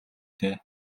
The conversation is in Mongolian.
дээ